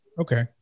Okay